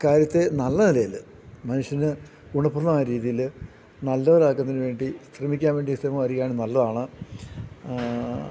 കാര്യത്തെ നല്ല നിലയിൽ മനുഷ്യന് ഗുണപ്രദമായ രീതിയിൽ നല്ലത് നടക്കുന്നതിന് വേണ്ടി ശ്രമിക്കാൻ വേണ്ടി ശ്രമം അറിയാനും നല്ലതാണ്